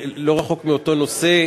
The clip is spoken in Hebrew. לא רחוק מאותו נושא,